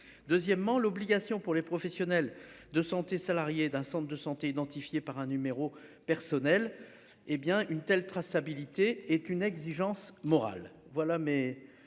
Deuxièmement, l'obligation pour les professionnels de santé, salariés d'un centre de santé identifié par un numéro personnel hé bien une telle traçabilité est une exigence morale.